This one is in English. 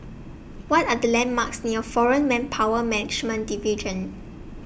What Are The landmarks near Foreign Manpower Management Division